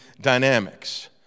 dynamics